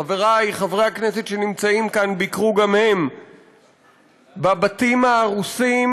חברי חברי הכנסת שנמצאים כאן ביקרו גם הם בבתים ההרוסים